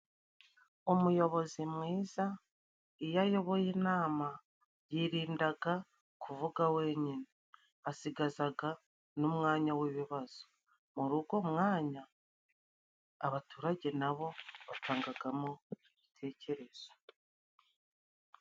Umuyobozi mwiza iyo ayoboye inama yirindaga kuvuga wenyine, asigazaga n'umwanya w'ibibazo muri ugo mwanya abaturage nabo batangagamo ibitekerezo.